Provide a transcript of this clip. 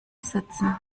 setzen